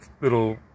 little